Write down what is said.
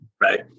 Right